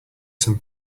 some